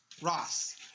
Ross